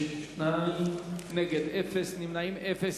בעד, 22, נגד, אין, נמנעים, אין.